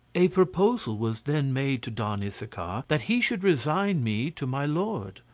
a proposal was then made to don issachar that he should resign me to my lord.